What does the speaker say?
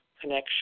connection